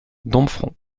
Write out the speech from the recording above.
domfront